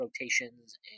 rotations